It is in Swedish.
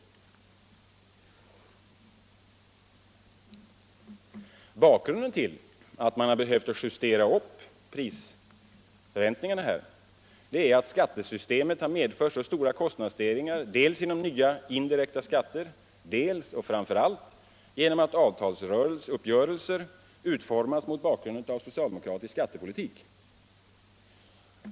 5 Bakgrunden till att man har behövt justera upp de väntade prishöjningarna är att skattesystemet har medfört så stora kostnadsstegringar dels genom nya indirekta skatter, dels — och framför allt — genom avtalsuppgörelser utformade mot bakgrund av socialdemokraternas skattepolitik.